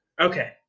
Okay